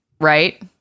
right